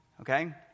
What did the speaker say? okay